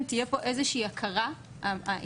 כדי שנוכל אחר כך גם להתמודד איתה.